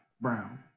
brown